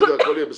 הכול יהיה בסדר.